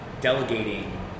delegating